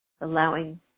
allowing